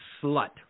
slut